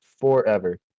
forever